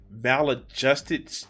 maladjusted